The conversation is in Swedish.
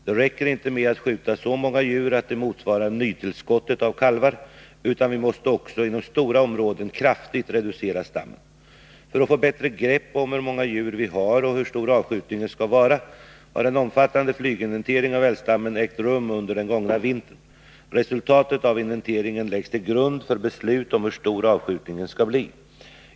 Det räcker inte med att skjuta så många djur att det motsvarar nytillskottet av kalvar, utan vi måste också inom stora områden kraftigt reducera stammen. För att få bättre grepp om hur många djur vi har och hur stor avskjutningen skall vara har en omfattande flyginventering av älgstammen ägt rum under den gångna vintern. Resultatet av inventeringen läggs till grund för beslut om hur stor avskjutningen skall bli.